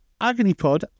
agonypod